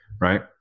Right